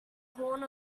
horn